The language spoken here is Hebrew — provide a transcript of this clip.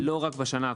לא רק בשנה הקרובה.